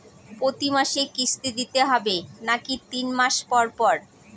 প্রতিমাসে কিস্তি দিতে হবে নাকি তিন মাস পর পর?